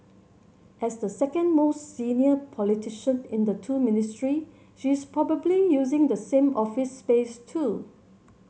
as the second most senior politician in the two Ministry she is probably using the same office space too